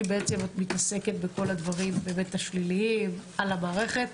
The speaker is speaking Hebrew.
כי את מתעסקת בדברים השליליים על המערכת